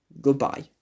goodbye